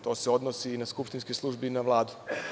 To se odnosi i na skupštinske službe i na Vladu.